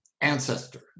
ancestor